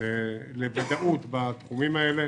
לוודאות בתחומים האלה